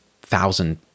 thousand